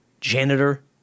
janitor